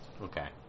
Okay